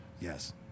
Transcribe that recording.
Yes